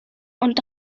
und